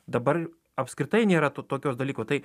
dabar apskritai nėra to tokio dalyko tai